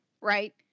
right